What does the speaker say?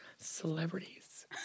Celebrities